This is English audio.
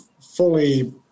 fully